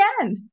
again